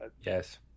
Yes